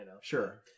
sure